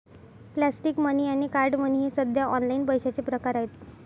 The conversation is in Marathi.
प्लॅस्टिक मनी आणि कार्ड मनी हे सध्या ऑनलाइन पैशाचे प्रकार आहेत